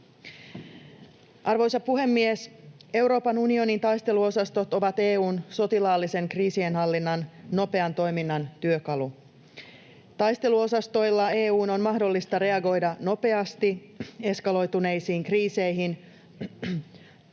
Arvoisa puhemies! Euroopan unionin taisteluosastot ovat EU:n sotilaallisen kriisinhallinnan nopean toiminnan työkalu. Taisteluosastoilla EU:n on mahdollista reagoida nopeasti eskaloituneisiin kriiseihin